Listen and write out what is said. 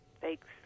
Thanks